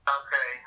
okay